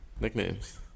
Nicknames